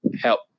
help